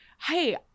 hey